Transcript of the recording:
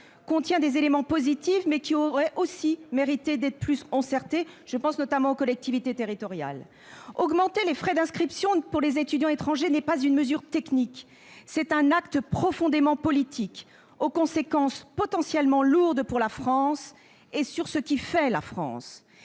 contient des éléments positifs, mais aurait aussi mérité d'être davantage concerté, notamment avec les collectivités territoriales. Augmenter les frais d'inscription pour les étudiants étrangers n'est pas une mesure technique. C'est un acte profondément politique, aux conséquences potentiellement lourdes pour la France et sur ce qui fait la France,